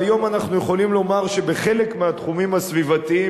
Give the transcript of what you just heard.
היום אנחנו יכולים לומר שבחלק מהתחומים הסביבתיים,